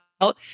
out